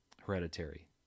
Hereditary